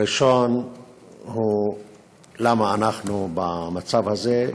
הראשון, למה אנחנו במצב הזה?